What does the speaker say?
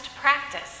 practice